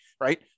right